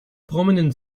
prominent